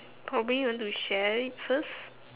probably you want to share it first